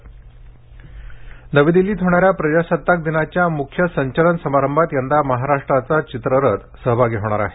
महाराष्ट्र चित्ररथ नवी दिल्लीत होणाऱ्या प्रजासताक दिनाच्या मुख्य संचलन समारंआत यंदा महाराष्ट्राचा चित्ररथ सहभागी होणार आहे